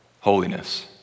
Holiness